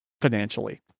financially